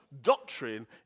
doctrine